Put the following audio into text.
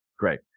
Great